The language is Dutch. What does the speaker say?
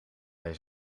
hij